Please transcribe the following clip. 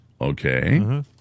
okay